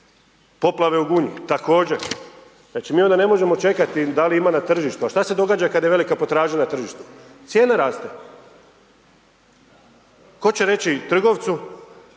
Poplave u Gunji, također, znači mi ona ne možemo čekati da li ima na tržištu. A šta se događa kada je velika potražnja na tržištu? Cijene raste. Hoće reći trgovcu